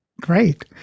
Great